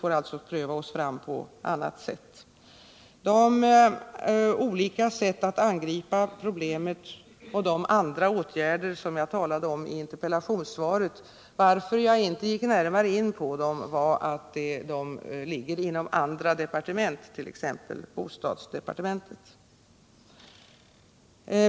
Anledningen till att jag inte gick närmare in på de olika sätt att angripa problemet och de andra åtgärder som jag talade om i interpellationssvaret var att de ligger inom andra departement, t.ex. bostadsdepartementet.